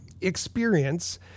experience